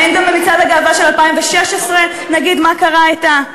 האם גם במצעד הגאווה של 2016 נגיד "מה קרה אתה"?